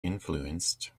influenced